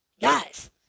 Guys